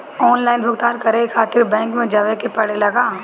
Online भुगतान करे के खातिर बैंक मे जवे के पड़ेला का?